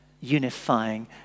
unifying